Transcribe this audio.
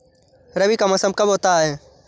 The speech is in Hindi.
रबी का मौसम कब होता हैं?